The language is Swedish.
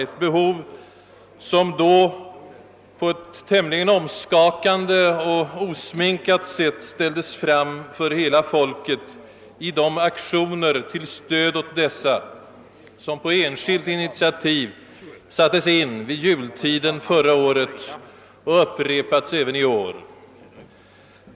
Detta behov ställdes på ett ganska omskakande och osminkat sätt fram för hela folket i de aktioner till stöd åt dessa människor som på enskilt initiativ sattes in vid jul 1968 och som upprepades även vid den senaste julhelgen.